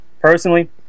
personally